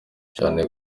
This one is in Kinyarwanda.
cyane